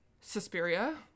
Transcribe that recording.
Suspiria